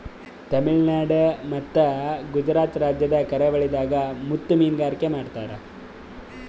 ತಮಿಳುನಾಡ್ ಮತ್ತ್ ಗುಜರಾತ್ ರಾಜ್ಯದ್ ಕರಾವಳಿದಾಗ್ ಮುತ್ತ್ ಮೀನ್ಗಾರಿಕೆ ಮಾಡ್ತರ್